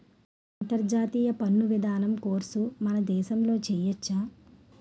అంతర్జాతీయ పన్ను విధానం కోర్సు మన దేశంలో చెయ్యొచ్చా